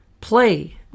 Play